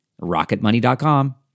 Rocketmoney.com